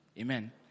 Amen